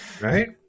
right